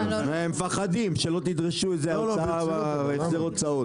הם מפחדים שלא תדרשו החזר הוצאות.